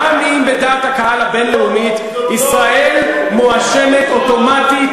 גם אם בדעת הקהל הבין-לאומית ישראל מואשמת אוטומטית